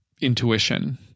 intuition